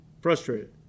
frustrated